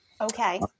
Okay